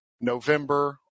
November